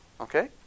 Okay